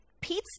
Pete's